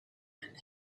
and